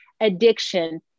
addiction